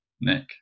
Nick